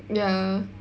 ya